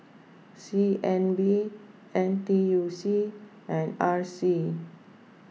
C N B N T U C and R C